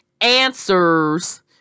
answers